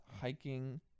hiking